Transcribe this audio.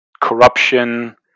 corruption